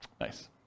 Nice